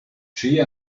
she